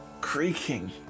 creaking